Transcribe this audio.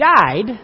died